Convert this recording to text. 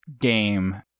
game